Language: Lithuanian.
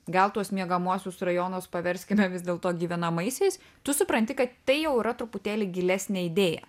gal tuos miegamuosius rajonus paverskime vis dėl to gyvenamaisiais tu supranti kad tai jau yra truputėlį gilesnė idėja